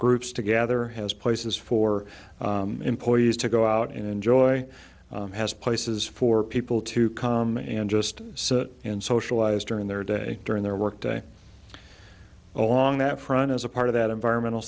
groups to gather has places for employees to go out and enjoy has places for people to come and just sit and socialize during their day during their workday along that front as a part of that environmental